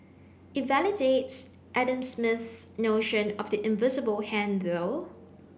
it validates Adam Smith's notion of the invisible hand though